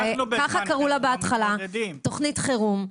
ככה קראו לה בהתחלה: תוכנית חירום,